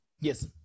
Yes